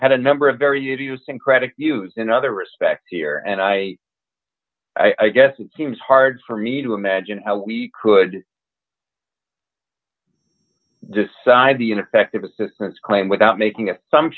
had a number of very idiosyncratic use in other respects here and i i guess it seems hard for me to imagine how we could decide the ineffective assistance claim without making